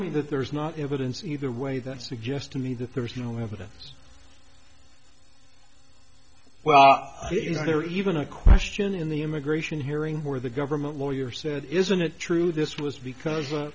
me that there is not evidence either way that suggests to me that there is no evidence well there were even a question in the immigration hearing where the government lawyer said isn't it true this was because